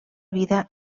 vida